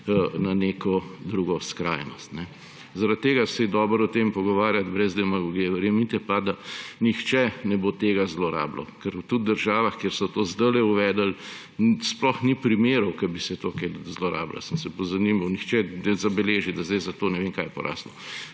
v neko drugo skrajnost. Zaradi tega se je dobro o tem pogovarjati brez demagogije. Verjemite pa, da nihče ne bo tega zlorabljal, ker tudi v državah, kjer so to zdaj uvedli, sploh ni primerov, ko bi se to zlorabljalo. Sem se pozanimal. Nihče ne zabeleži, da je zdaj to ne vem kaj porastlo.